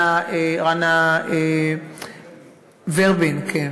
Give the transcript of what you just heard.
רנה ורבין, כן,